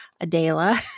Adela